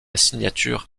signature